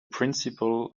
principle